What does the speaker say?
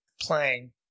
playing